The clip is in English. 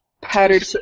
powdered